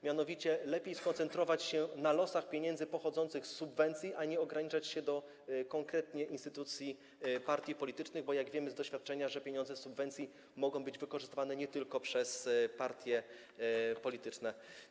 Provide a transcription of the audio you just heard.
Mianowicie lepiej skoncentrować się na losach pieniędzy pochodzących z subwencji, a nie ograniczać się konkretnie do instytucji partii politycznych, bo wiemy z doświadczenia, że pieniądze z subwencji mogą być wykorzystywane nie tylko przez partie polityczne.